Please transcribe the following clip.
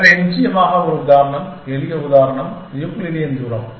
எனவே நிச்சயமாக ஒரு உதாரணம் எளிய உதாரணம் யூக்ளிடியன் தூரம்